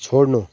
छोड्नु